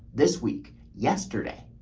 this week, yesterday,